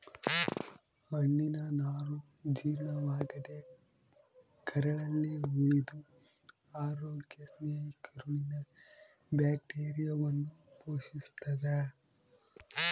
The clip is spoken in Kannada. ಹಣ್ಣಿನನಾರು ಜೀರ್ಣವಾಗದೇ ಕರಳಲ್ಲಿ ಉಳಿದು ಅರೋಗ್ಯ ಸ್ನೇಹಿ ಕರುಳಿನ ಬ್ಯಾಕ್ಟೀರಿಯಾವನ್ನು ಪೋಶಿಸ್ತಾದ